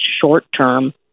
short-term